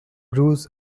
grooves